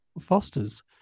Fosters